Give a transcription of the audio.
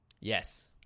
Yes